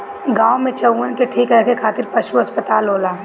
गाँव में चउवन के ठीक रखे खातिर पशु अस्पताल होला